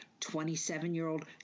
27-year-old